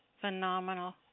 phenomenal